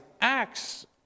Acts